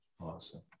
Awesome